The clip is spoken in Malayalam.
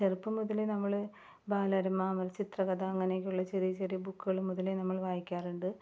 ചെറുപ്പം മുതലേ നമ്മള് ബാലരമ അമര് ചിത്രകഥ അങ്ങനെയുള്ള ചെറിയ ചെറിയ ബുക്കുകള് മുതലേ നമ്മള് വായിക്കാറുണ്ട്